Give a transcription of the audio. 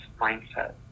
mindset